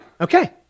Okay